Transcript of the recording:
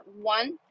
one